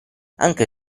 anche